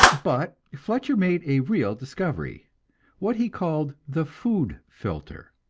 but fletcher made a real discovery what he called the food filter.